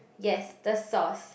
yes the sauce